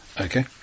Okay